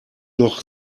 noch